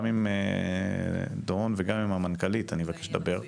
גם עם דורון וגם עם המנכ"לית אני אבקש לדבר איתה,